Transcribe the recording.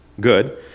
good